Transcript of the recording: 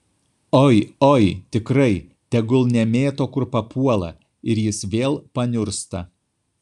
oi oi tikrai tegul nemėto kur papuola ir jis vėl paniursta